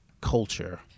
culture